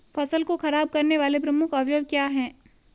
फसल को खराब करने वाले प्रमुख अवयव क्या है?